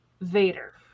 Vader